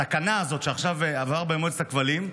התקנה הזאת שעכשיו עברה במועצת הכבלים,